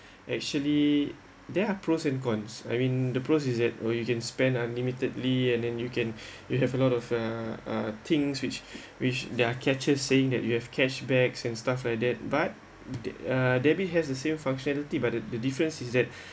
actually there are pros and cons I mean the pros is that uh you can spend unlimitedly and then you can you have a lot of uh uh things which which their catches saying that you have cash back and stuff like that but uh debit has the same functionality but the difference is that